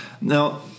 now